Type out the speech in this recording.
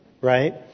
Right